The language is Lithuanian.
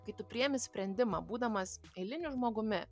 kai tu priimi sprendimą būdamas eiliniu žmogumi